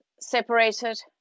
separated